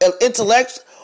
intellect